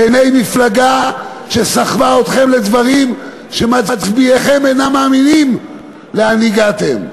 בעיני מפלגה שסחבה אתכם לדברים שמצביעיכם אינם מאמינים לאן הגעתם.